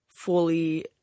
fully